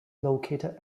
located